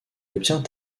obtient